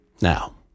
Now